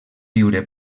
viure